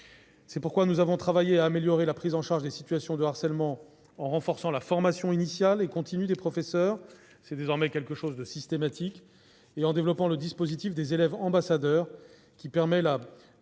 C'est pourquoi nous avons travaillé à améliorer la prise en charge des situations de harcèlement en renforçant la formation initiale et continue des professeurs, qui intègre désormais cette dimension de façon systématique, et en développant le dispositif des élèves ambassadeurs, qui permet la